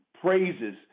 praises